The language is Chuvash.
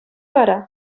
вара